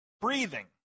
Breathing